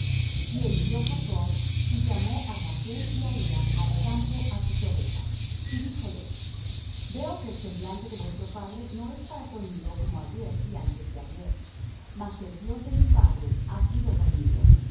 y envió jacob y llamó á rachl y á lea al campo á sus ovejas y díjoles veo que el semblante de vuestro padre no es para conmigo como ayer y antes de ayer mas el dios de mi padre ha sido conmigo